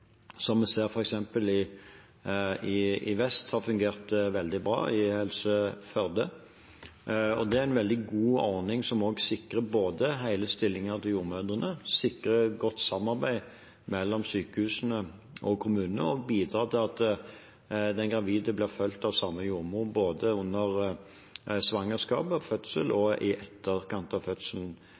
vi f.eks. ser har fungert veldig bra i vest, i Helse Førde. Det er en veldig god ordning som sikrer både hele stillinger til jordmødrene, som sikrer et godt samarbeid mellom sykehusene og kommunene, og som bidrar til at den gravide blir fulgt av samme jordmor både under svangerskap og fødsel og i etterkant av fødselen.